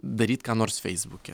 daryti ką nors feisbuke